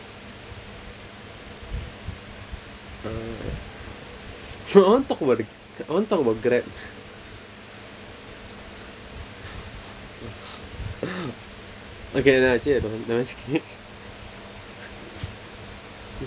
uh I want to talk about it I want to talk about grab okay now I see I don't want no it's okay